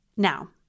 Now